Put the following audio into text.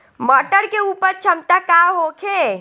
मटर के उपज क्षमता का होखे?